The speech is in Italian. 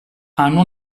hanno